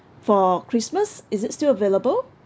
for christmas is it still available